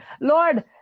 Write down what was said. Lord